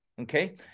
Okay